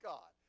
God